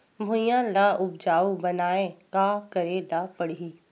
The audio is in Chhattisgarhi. भुइयां ल उपजाऊ बनाये का करे ल पड़ही?